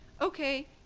okay